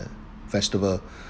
vegetable